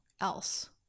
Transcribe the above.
else